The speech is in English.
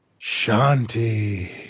Shanti